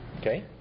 okay